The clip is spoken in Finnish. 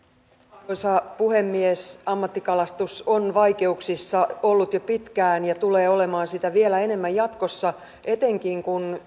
arvoisa puhemies ammattikalastus on vaikeuksissa ollut jo pitkään ja tulee olemaan sitä vielä enemmän jatkossa etenkin kun